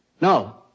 No